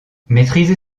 maîtriser